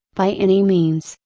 by any means,